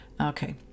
Okay